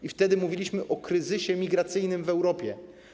I wtedy mówiliśmy o kryzysie migracyjnym w Europie.